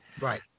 Right